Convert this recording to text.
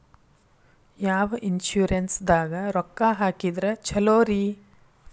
ಯಾವ ಇನ್ಶೂರೆನ್ಸ್ ದಾಗ ರೊಕ್ಕ ಹಾಕಿದ್ರ ಛಲೋರಿ?